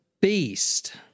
beast